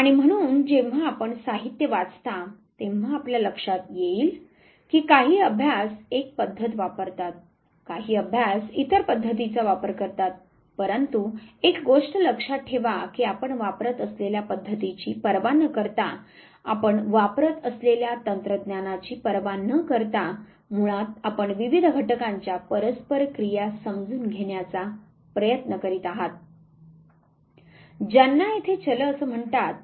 आणि म्हणून जेव्हा आपण साहित्य वाचता तेव्हा आपल्या लक्षात येईल की काही अभ्यास एक पद्धत वापरतात काही अभ्यास इतर पध्द्तीचा वापर करतात परंतु एक गोष्ट लक्षात ठेवा की आपण वापरत असलेल्या पद्धतीची पर्वा न करता आपण वापरत असलेल्या तंत्रज्ञानाची पर्वा न करता मुळात आपण विविध घटकांच्या परस्पर क्रिया समजून घेण्याचा प्रयत्न करीत आहात ज्यांना येथे चले असे म्हणतात